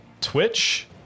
Twitch